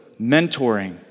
mentoring